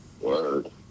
Word